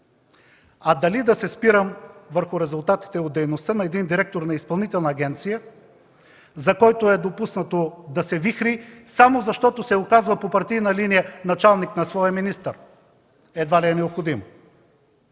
Дали да се спирам върху резултатите от дейността на директор на изпълнителна агенция, за който е допуснато да се вихри само защото по партийна линия се оказва началник на своя министър? Едва ли е необходимо!